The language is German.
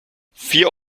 vier